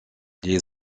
les